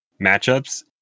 matchups